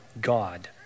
God